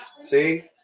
See